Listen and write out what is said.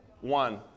One